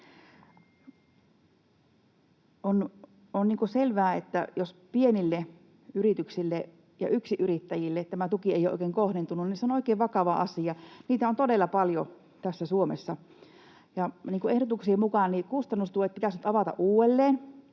On selvää, että jos pienille yrityksille ja yksinyrittäjille tämä tuki ei ole oikein kohdentunut, niin se on oikein vakava asia — niitä on todella paljon tässä Suomessa. Ehdotuksien mukaan kustannustuet pitäisi nyt avata uudelleen,